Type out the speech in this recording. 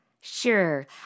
Sure